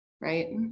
right